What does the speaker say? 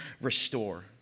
restore